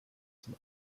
zum